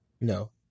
No